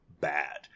bad